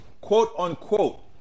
quote-unquote